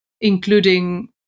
including